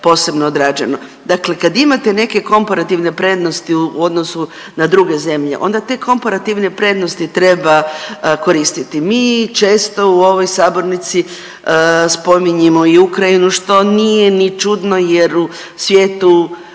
Dakle, kad imate neke komparativne prednosti u odnosu na druge zemlje onda te komparativne prednosti treba koristiti. Mi često u ovoj sabornici spominjemo i Ukrajinu što nije ni čudno jer u svijetu